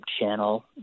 channel